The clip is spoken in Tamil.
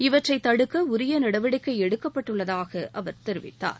இவற்றை தடுக்க உரிய நடவடிக்கை எடுக்கப்பட்டுள்ளதாக அவர் தெரிவித்தார்